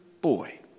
boy